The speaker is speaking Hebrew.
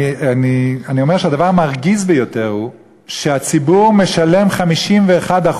אני אומר שהדבר המרגיז ביותר הוא שהציבור משלם 51%,